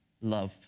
love